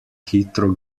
hitro